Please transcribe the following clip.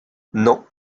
non